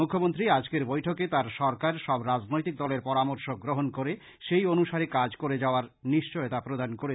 মৃখ্যমন্ত্রী আজকের বৈঠকে তার সরকার সব রাজনৈতিক দলের পরামর্শ গ্রহণ করে সেই অনুসারে কাজ করে যাওয়ার নিশ্চয়তা প্রদান করেছেন